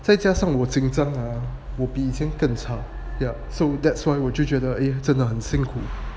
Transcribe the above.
再加上我紧张啊我比以前更差 yeah so that's why 我就觉得真的很辛苦